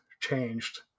changed